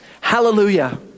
Hallelujah